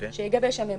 שיגבש הממונה",